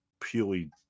purely